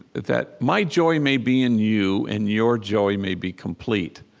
that my joy may be in you, and your joy may be complete.